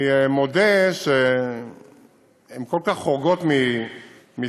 אני מודה שהן כל כך חורגות מסדר-היום,